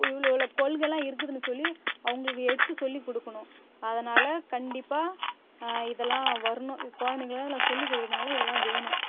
இவ்வளோ இவ்வளோ கொள்கைலாம் இருக்குதுன்னு சொல்லி அவுங்களுக்கு எடுத்து சொல்லிக் கொடுக்குணும் அதனால் கண்டிப்பாக இதல்லாம் வரணும் குழந்தைக்கலாம் இதல்லாம் சொல்லி கொடுக்குறதுனால இதல்லாம் வேணும்